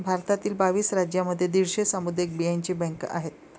भारतातील बावीस राज्यांमध्ये दीडशे सामुदायिक बियांचे बँका आहेत